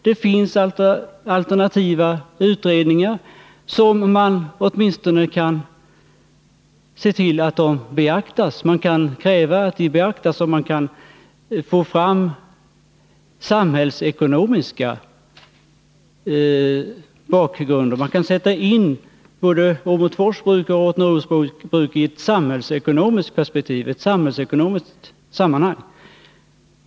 Det finns alternativa utredningar, och man kan åtminstone kräva att de beaktas. Man kan få fram samhällsekonomiska bakgrunder, man kan sätta in både Åmotfors Bruk och Rottneros Bruk i ett samhällsekonomiskt sammanhang.